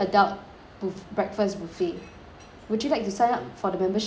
buff~ breakfast buffet would you like to sign up for the membership first